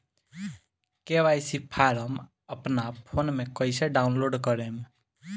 KYC form अपना phone मे कइसे डाऊनलोड करेम?